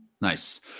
Nice